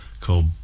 called